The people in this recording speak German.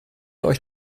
euch